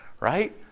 right